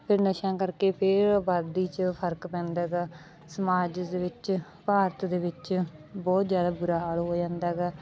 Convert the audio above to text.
ਫਿਰ ਨਸ਼ਿਆਂ ਕਰਕੇ ਫਿਰ ਆਬਾਦੀ 'ਚ ਫਰਕ ਪੈਂਦਾ ਹੈਗਾ ਸਮਾਜ ਦੇ ਵਿੱਚ ਭਾਰਤ ਦੇ ਵਿੱਚ ਬਹੁਤ ਜ਼ਿਆਦਾ ਬੁਰਾ ਹਾਲ ਹੋ ਜਾਂਦਾ ਹੈਗਾ